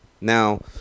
Now